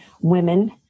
women